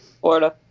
Florida